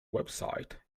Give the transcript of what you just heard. website